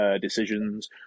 decisions